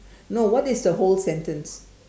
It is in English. no what is the whole sentence